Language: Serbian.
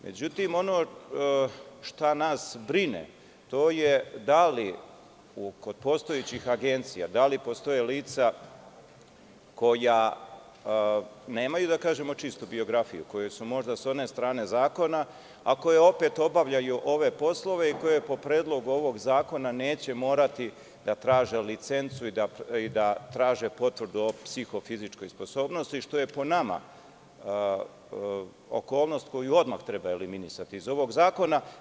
Međutim, ono šta nas brine, to je da li kod postojećih agencija, da li postoje lica koja nemaju, da kažemo, čistu biografiju, koja su možda sa one strane zakona, a koja opet obavljaju ove poslove i koja po predlogu ovog zakona neće morati da traže licencu i da traže potvrdu o psihofizičkoj sposobnosti, što je po našem mišljenju okolnost koju odmah treba eliminisati iz ovog zakona.